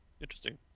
interesting